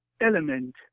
element